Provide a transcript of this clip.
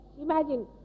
Imagine